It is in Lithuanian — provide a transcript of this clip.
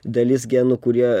dalis genų kurie